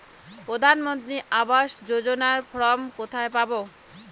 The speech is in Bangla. প্রধান মন্ত্রী আবাস যোজনার ফর্ম কোথায় পাব?